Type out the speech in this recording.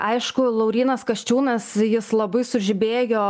aišku laurynas kasčiūnas jis labai sužibėjo